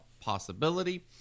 possibility